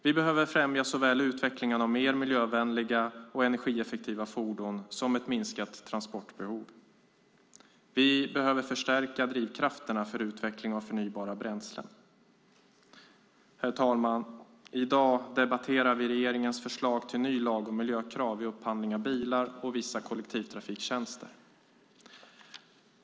Vi behöver främja såväl utvecklingen av mer miljövänliga och energieffektiva fordon som ett minskat transportbehov. Vi behöver förstärka drivkrafterna för utveckling av förnybara bränslen. Herr talman! I dag debatterar vi regeringens förslag till ny lag om miljökrav vid upphandling av bilar och vissa kollektivtrafiktjänster.